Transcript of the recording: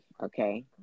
Okay